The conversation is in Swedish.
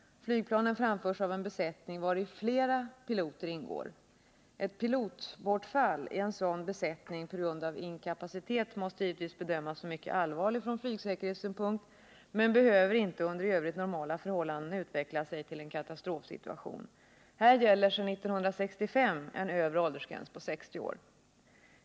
Flygplanen framförs av en besättning vari flera piloter ingår. Ett pilotbortfall i en sådan besättning på grund av inkapacitet måste givetvis bedömas mycket allvarligt från flygsäkerhetssynpunkt men behöver inte under i övrigt normala förhållanden utvecklas till en katastrofsituation. Här gäller sedan 1965 en övre åldersgräns på 60 år.